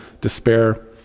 despair